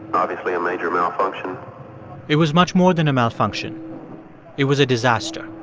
obviously, a major malfunction it was much more than a malfunction it was a disaster.